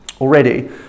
Already